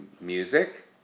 Music